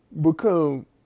become